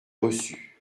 reçu